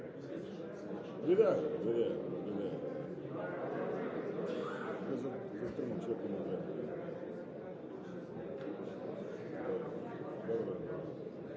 Благодаря,